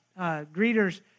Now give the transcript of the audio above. greeters